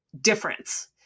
difference